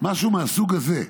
משהו מהסוג הזה.